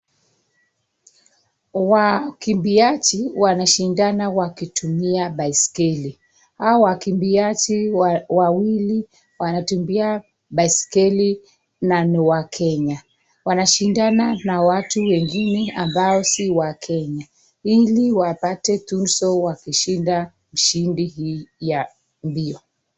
Wakimbiaji wanashindana wakitumia baiskeli. Hawa wakimbiaji wawili wanatumia baisikeli nani wakenya. Wanashindana na watu wengine ambao si wakenya ndio wapate tuzo wakishinda shindi hii ya mbio.